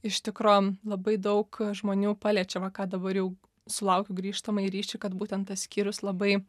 iš tikro labai daug žmonių paliečia va ką dabar jau sulaukiu grįžtamąjį ryšį kad būten tas skyrius labai